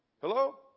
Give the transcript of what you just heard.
Hello